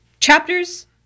Chapters